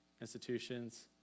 institutions